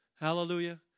hallelujah